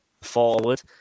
forward